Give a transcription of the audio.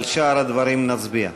על שאר הדברים נצביע.